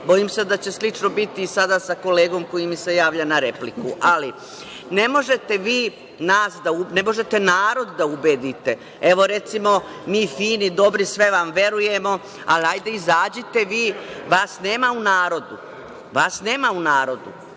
Bojim se da će slično biti i sada sa kolegom koji mi se javlja za repliku. Ne možete narod da ubedite. Recimo, mi fini, dobri, sve vam verujemo, hajde izađite vi, vas nema u narodu. Izađite, pa